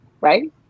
right